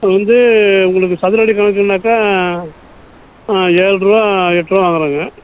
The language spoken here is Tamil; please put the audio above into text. அது வந்து உங்களுக்கு சதுரடி கணக்குன்னாக்கால் ஆ ஏழு ரூபா எட்டு ரூபா வாங்கிறோங்க